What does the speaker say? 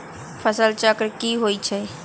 फसल चक्र की होइ छई?